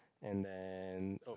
and then